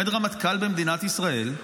עומד רמטכ"ל במדינת ישראל,